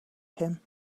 him